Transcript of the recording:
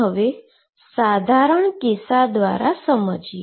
હવે આપણે સાધારણ કિસ્સા દ્વારા આ સમજીએ